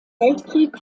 weltkrieg